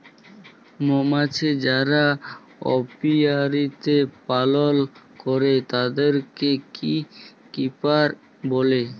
মমাছি যারা অপিয়ারীতে পালল করে তাদেরকে বী কিপার বলে